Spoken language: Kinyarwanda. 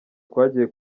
twagiye